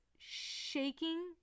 shaking